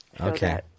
Okay